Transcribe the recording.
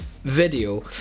video